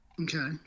Okay